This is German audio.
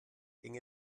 inge